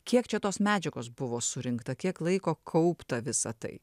kiek čia tos medžiagos buvo surinkta kiek laiko kaupta visa tai